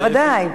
בוודאי.